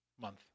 month